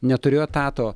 neturiu etato